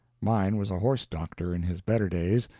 mine was a horse-doctor in his better days,